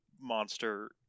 monster